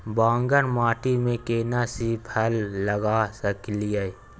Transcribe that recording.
बांगर माटी में केना सी फल लगा सकलिए?